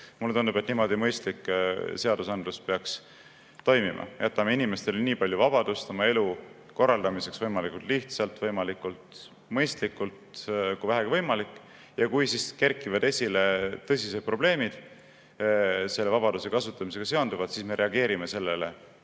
Mulle tundub, et niimoodi mõistlik seadusandlus peaks toimima. Jätame inimestele nii palju vabadust oma elu korraldamiseks võimalikult lihtsalt, võimalikult mõistlikult, kui vähegi võimalik, ja kui kerkivad esile tõsised probleemid selle vabaduse kasutamisega seonduvalt, siis me reageerime,